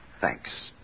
Thanks